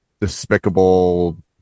despicable